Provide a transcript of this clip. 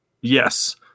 Yes